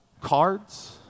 Cards